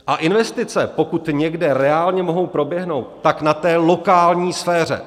A investice, pokud někde reálně mohou proběhnout, tak na té lokální sféře.